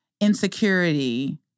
insecurity